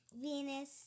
Venus